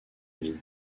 lévy